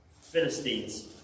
Philistines